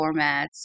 formats